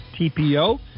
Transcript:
TPO